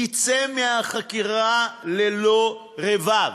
יצא מהחקירה ללא רבב.